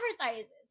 advertises